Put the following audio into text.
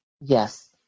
Yes